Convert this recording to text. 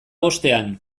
bostean